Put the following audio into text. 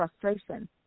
frustration